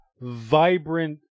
vibrant